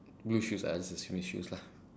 blue shoes I just assume is shoes lah